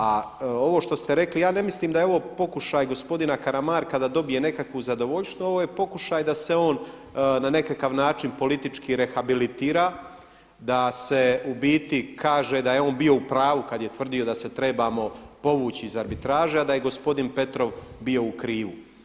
A ovo što ste rekli ja ne mislim da je ovo pokušaj gospodina Karamarka da dobije nekakvu zadovoljštinu, ovo je pokušaj da se on na nekakav način politički rehabilitira, da se u biti kaže da je on bio u pravu kad je tvrdio da se trebamo povući iz arbitraže a da je gospodin Petrov bio u krivu.